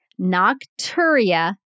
nocturia